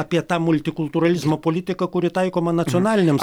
apie tą multikultūralizmo politiką kuri taikoma nacionaliniams